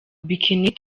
bikini